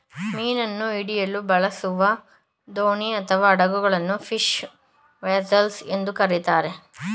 ಮೀನನ್ನು ಹಿಡಿಯಲು ಬಳಸುವ ದೋಣಿ ಅಥವಾ ಹಡಗುಗಳನ್ನು ಫಿಶ್ ವೆಸೆಲ್ಸ್ ಎಂದು ಕರಿತಾರೆ